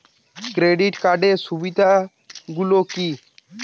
Credit কার্ডের সুবিধা গুলো কি?